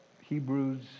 Hebrews